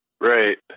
Right